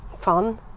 fun